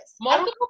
Multiple